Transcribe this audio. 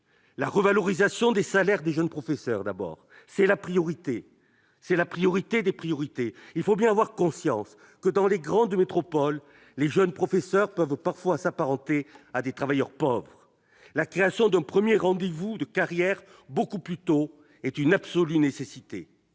La revalorisation des salaires des jeunes professeurs est la priorité des priorités. Absolument ! Il faut avoir conscience que, dans les grandes métropoles, les jeunes professeurs peuvent parfois s'apparenter à des travailleurs pauvres. La création d'un premier rendez-vous de carrière beaucoup plus tôt est une absolue nécessité.